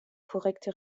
korrekte